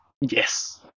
yes